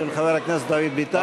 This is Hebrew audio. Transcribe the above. חבר הכנסת דוד ביטן.